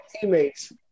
Teammates